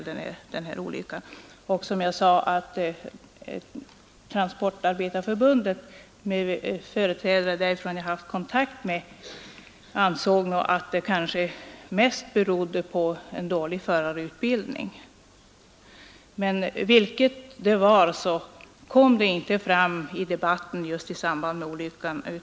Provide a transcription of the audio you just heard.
De företrädare för Transportarbetareförbundet som jag haft kontakt med ansåg att det inträffade mest berodde på en dålig förarutbildning, men därom framkom ingenting i debatten i samband med olyckan.